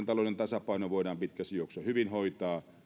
talouden tasapaino voidaan pitkässä juoksussa hyvin hoitaa